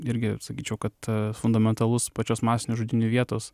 irgi sakyčiau kad fundamentalus pačios masinių žudynių vietos